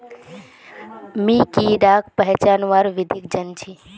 मी कीडाक पहचानवार विधिक जन छी